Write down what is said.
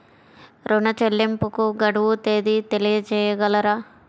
ఋణ చెల్లింపుకు గడువు తేదీ తెలియచేయగలరా?